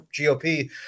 GOP